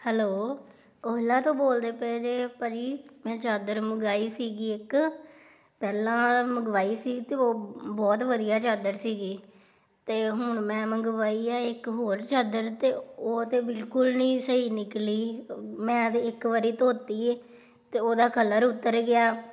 hello Ola ਤੋਂ ਬੋਲਦੇ ਪਏ ਜੇ ਭਾਅ ਜੀ ਮੈਂ ਚਾਦਰ ਮੰਗਵਾਈ ਸੀਗੀ ਇੱਕ ਪਹਿਲਾਂ ਮੰਗਵਾਈ ਸੀ ਅਤੇ ਉਹ ਬਹੁਤ ਵਧੀਆ ਚਾਦਰ ਸੀਗੀ ਅਤੇ ਹੁਣ ਮੈਂ ਮੰਗਵਾਈ ਹੈ ਇੱਕ ਹੋਰ ਚਾਦਰ ਅਤੇ ਉਹ ਤਾਂ ਬਿਲਕੁਲ ਨਹੀਂ ਸਹੀ ਨਿਕਲੀ ਮੈਂ ਤਾਂ ਇੱਕ ਵਾਰੀ ਧੋਤੀ ਹੈ ਅਤੇ ਉਹਦਾ ਕਲਰ ਉਤਰ ਗਿਆ